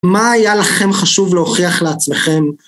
מה היה לכם חשוב להוכיח לעצמכם?